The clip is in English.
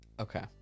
Okay